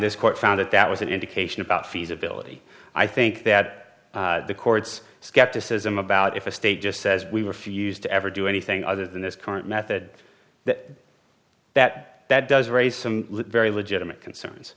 this court found that that was an indication about feasibility i think that the court's skepticism about if a state just says we refuse to ever do anything other than this current method that that that does raise some very legitimate concerns